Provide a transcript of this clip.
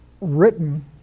written